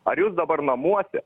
ar jūs dabar namuose